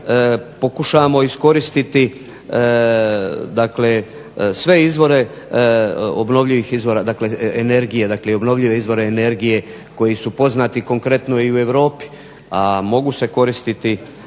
dakle i obnovljive izvore energije koji su poznati konkretno i u Europi, a mogu se koristiti